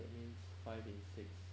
that means five in six